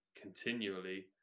continually